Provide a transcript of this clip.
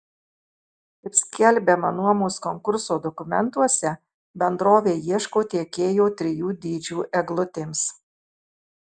kaip skelbiama nuomos konkurso dokumentuose bendrovė ieško tiekėjo trijų dydžių eglutėms